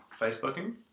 Facebooking